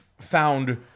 found